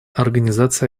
организация